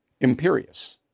imperious